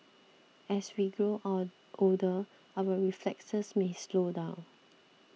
as we grow older our reflexes may slow down